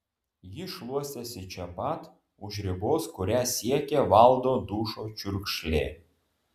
ji šluostėsi čia pat už ribos kurią siekė valdo dušo čiurkšlė